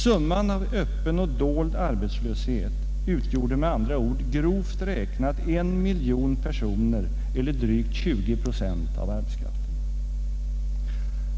Summan av öppen och dold arbetslöshet utgjorde med andra ord grovt räknat en miljon personer eller drygt 20 procent av arbetskraften.